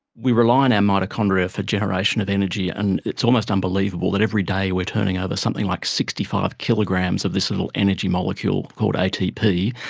we rely on our and mitochondria for generation of energy, and it's almost unbelievable that every day we're turning over something like sixty five kilograms of this little energy molecule called atp.